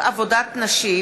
הצעת חוק עבודת נשים